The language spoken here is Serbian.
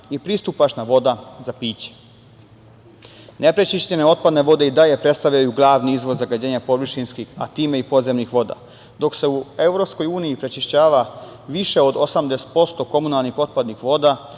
i pristupačna voda za piće. Neprečišćene otpadne vode i dalje predstavljaju glavni izvor zagađenja površinskih, a time i podzemnih voda. Dok se u EU prečišćava više od 18% komunalnih otpadnih voda,